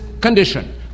condition